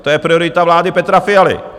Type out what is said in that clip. To je priorita vlády Petra Fialy.